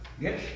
Yes